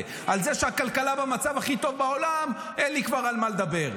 על זה שהכלכלה במצב הכי טוב בעולם אין לי כבר על מה לדבר.